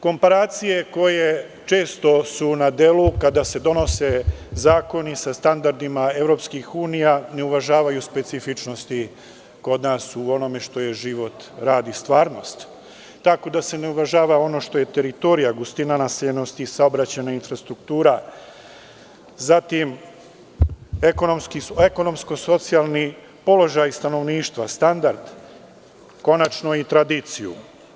Komparacije koje su često na delu kada se donose zakoni sa standardima EU ne uvažavaju specifičnosti kod nas u onome što je život, stvarnost, tako da se ne uvažava ono što je teritorija, gustina naseljenosti i saobraćajna infrastruktura, zatim ekonomsko-socijalni položaj stanovništva, standard, konačno i tradicija.